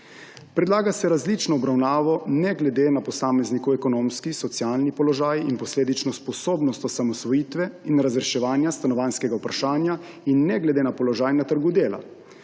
Predlaga se različna obravnava, ne glede na posameznikov ekonomski, socialni položaj in posledično sposobnost osamosvojitve in razreševanja stanovanjskega vprašanja in ne glede na položaj na trgu dela.